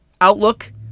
outlook